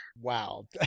Wow